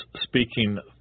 speaking